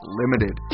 limited